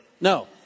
No